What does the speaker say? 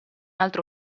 altro